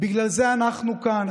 בגלל זה אנחנו כאן,